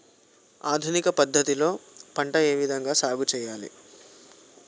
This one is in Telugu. ఆధునిక పద్ధతి లో పంట ఏ విధంగా సాగు చేయాలి?